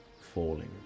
falling